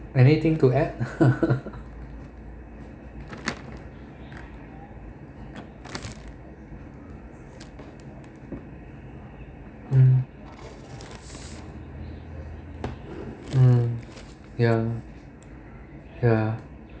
anything to add um um ya ya